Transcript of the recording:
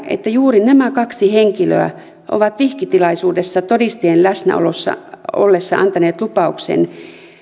että juuri nämä kaksi henkilöä ovat vihkitilaisuudessa todistajien läsnä ollessa ollessa antaneet lupauksen